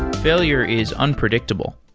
failure is unpredictable.